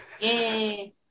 Yay